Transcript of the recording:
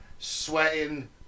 sweating